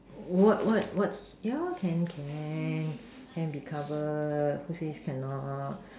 what what what yeah can can can be covered who says cannot